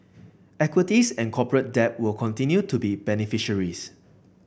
equities and corporate debt will continue to be beneficiaries